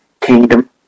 Kingdom